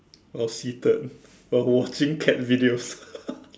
I was seated while watching cat videos